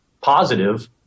positive